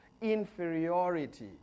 inferiority